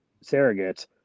surrogate